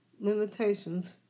limitations